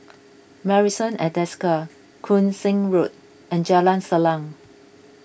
Marrison at Desker Koon Seng Road and Jalan Salang